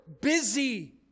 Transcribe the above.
busy